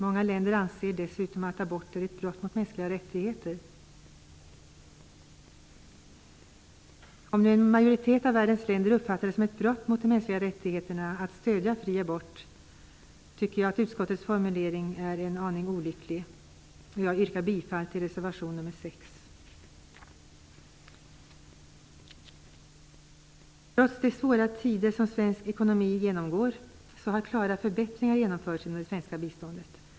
Många länder anser dessutom att abort är ett brott mot de mänskliga rättigheterna. Eftersom en majoritet av världens länder uppfattar det som ett brott mot mänskliga rättigheterna att stödja fri abort, tycker jag att utskottets formulering är en aning olycklig. Jag yrkar bifall till reservation nr 6. Trots de svåra tider som svensk ekonomi genomgår har klara förbättringar genomförts inom det svenska biståndet.